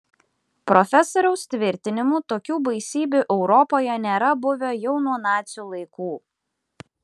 profesoriaus tvirtinimu tokių baisybių europoje nėra buvę jau nuo nacių laikų